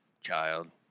child